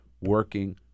working